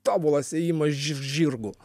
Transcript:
tobulas ėjimas žirgu